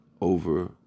over